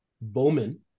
Bowman